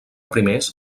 primers